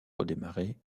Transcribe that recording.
redémarrer